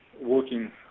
working